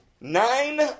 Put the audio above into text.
Nine